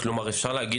אפשר לומר,